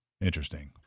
Interesting